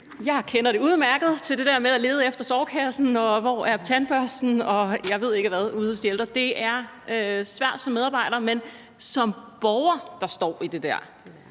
jeg kender udmærket til det der med at lede efter sårkassen og tandbørsten, og jeg ved ikke hvad, ude hos de ældre. Det er svært som medarbejder, men det er jo heller